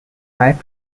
five